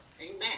Amen